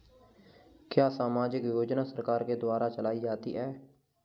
क्या सामाजिक योजना सरकार के द्वारा चलाई जाती है?